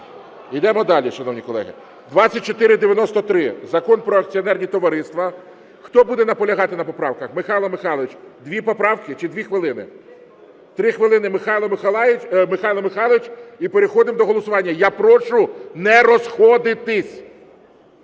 Йдемо далі, шановні колеги. 2493. Закон про акціонерні товариства. Хто буде наполягати на поправках? Михайло Михайловичу, дві поправки чи дві хвилини? Три хвилини Михайлу Михайловичу і переходимо до голосування. Я прошу не розходитись.